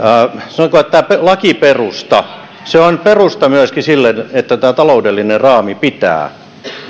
tämä lakiperusta on perusta myöskin sille että taloudellinen raami pitää sanotaan että